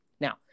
Now